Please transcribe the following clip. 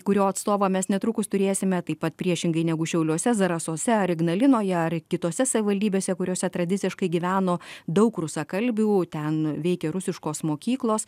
kurio atstovą mes netrukus turėsime taip pat priešingai negu šiauliuose zarasuose ar ignalinoje ar kitose savivaldybėse kuriose tradiciškai gyveno daug rusakalbių ten veikė rusiškos mokyklos